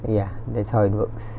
ya that's how it works